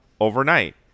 overnight